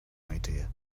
idea